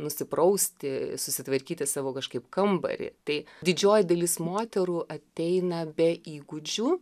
nusiprausti susitvarkyti savo kažkaip kambarį tai didžioji dalis moterų ateina be įgūdžių